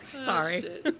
Sorry